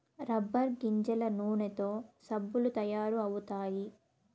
rubber గింజల నూనెతో సబ్బులు తయారు అవుతాయి